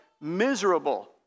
miserable